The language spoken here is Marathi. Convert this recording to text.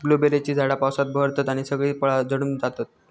ब्लूबेरीची झाडा पावसात बहरतत आणि सगळी फळा झडून जातत